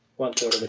one-third over